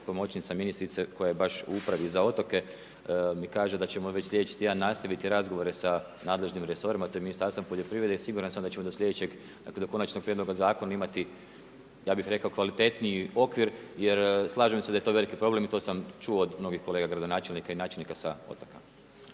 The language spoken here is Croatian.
pomoćnica ministrice koja je baš u upravi za otoke mi kaže da ćemo već sljedeći tjedan nastaviti razgovore sa nadležnim resorima te Ministarstvom poljoprivrede, siguran sam da ćemo do konačnog prijedloga zakona imati, ja bih rekao, kvalitetniji okvir jer slažem se da je to veliki problem i to sam čuo od mnogih kolega gradonačelnika i načelnika sa otoka.